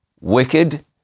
wicked